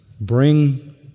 bring